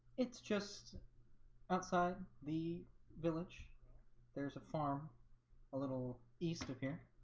it's just outside the village there's a farm a little east of here